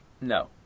No